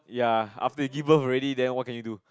ya after you give birth already then what can you do